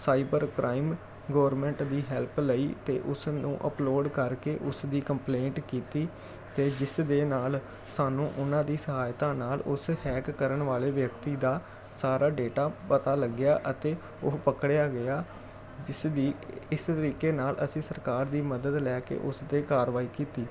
cyber crime government ਦੀ help ਲਈ ਅਤੇ ਉਸ ਨੂੰ ਅਪਲੋਡ ਕਰਕੇ ਉਸ ਦੀ ਕੰਪਲੇਂਟ ਕੀਤੀ ਅਤੇ ਜਿਸ ਦੇ ਨਾਲ ਸਾਨੂੰ ਉਹਨਾਂ ਦੀ ਸਹਾਇਤਾ ਨਾਲ ਉਸ ਹੈਕ ਕਰਨ ਵਾਲੇ ਵਿਅਕਤੀ ਦਾ ਸਾਰਾ ਡੇਟਾ ਪਤਾ ਲੱਗਿਆ ਅਤੇ ਉਹ ਪਕੜਿਆ ਗਿਆ ਜਿਸ ਦੀ ਇਸ ਤਰੀਕੇ ਨਾਲ ਅਸੀਂ ਸਰਕਾਰ ਦੀ ਮਦਦ ਲੈ ਕੇ ਉਸ 'ਤੇ ਕਾਰਵਾਈ ਕੀਤੀ